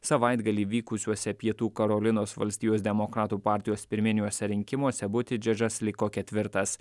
savaitgalį vykusiuose pietų karolinos valstijos demokratų partijos pirminiuose rinkimuose butidžedžas liko ketvirtas